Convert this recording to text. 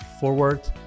forward